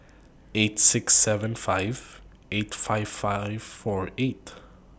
eight six seven five eight five five four eight